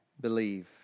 believe